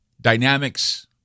Dynamics